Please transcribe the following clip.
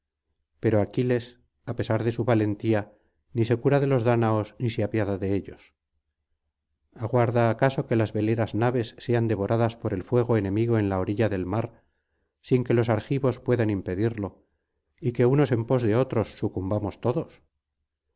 pero aquiles á pesar de su valentía ni se cura de los dáñaos ni se apiada de ellos aguarda acaso que las veleras naves sean devoradas por el fuego enemigo en la orilla del mar sin que los argivos puedan impedirlo y que unos en pos de otros sucumbamos todos